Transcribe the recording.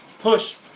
push